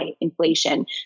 inflation